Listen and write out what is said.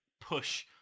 push